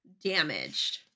damaged